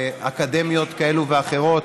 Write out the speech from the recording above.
לאקדמיות כאלה ואחרות,